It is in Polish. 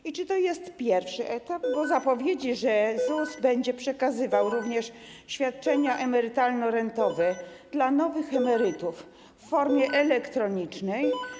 I czy to jest pierwszy etap, bo są zapowiedzi, że ZUS będzie przekazywał również świadczenia emerytalno-rentowe dla nowych emerytów w formie elektronicznej?